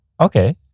okay